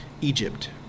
Egypt